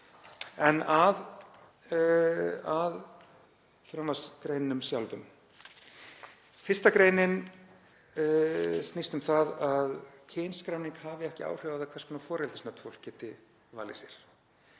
En að frumvarpsgreinunum sjálfum. 1. gr. snýst um að kynskráning hafi ekki áhrif á það hvers konar foreldrisnöfn fólk geti valið sér.